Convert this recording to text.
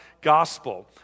gospel